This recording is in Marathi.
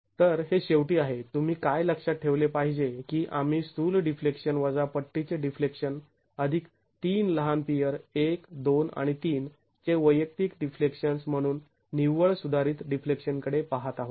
तर हे शेवटी आहे तुम्ही काय लक्षात ठेवले पाहिजे की आम्ही स्थुल डिफ्लेक्शन वजा पट्टीचे डिफ्लेक्शन अधिक ३ लहान पियर १ २ आणि ३ चे वैयक्तिक डिफ्लेक्शन्स् म्हणून निव्वळ सुधारीत डिफ्लेक्शन कडे पहात आहोत